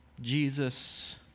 Jesus